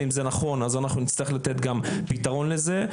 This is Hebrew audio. ואם זה נכון אז נצטרך לתת גם פתרון לזה.